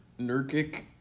Nurkic